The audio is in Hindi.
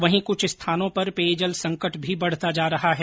वहीं कुछ स्थानों पर पेयजल संकट भी बढ़ता जा रहा है